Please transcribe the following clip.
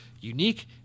unique